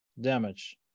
damage